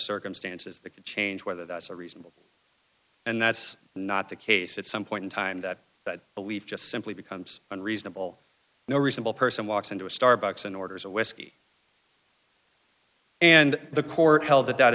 circumstances that change whether that's a reasonable and that's not the case at some point in time that that belief just simply becomes unreasonable no reasonable person walks into a starbucks and orders a whisky and the court held that that